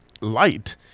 light